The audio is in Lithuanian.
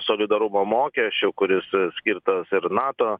solidarumo mokesčiu kuris skirtas ir nato